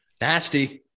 Nasty